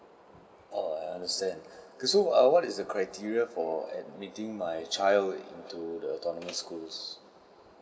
uh I understand so uh what is the criteria for admitting my child into the autonomous schools